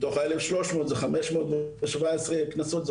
מתוך האלף שלוש מאות זה חמש מאות ושבע עשרה קנסות,